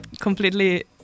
completely